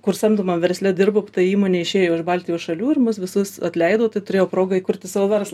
kur samdomam versle dirbu ta įmonė išėjo iš baltijos šalių ir mus visus atleido tai turėjau progą įkurti savo verslą